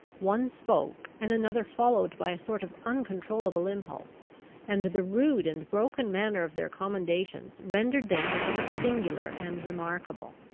one spoke, and another followed by a sort of uncontrollable impulse and the rude and broken manner of their commendations rendered them the more singular and remarkable.